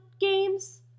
games